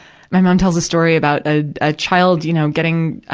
my mom tells a story about a, a child, you know, getting, ah,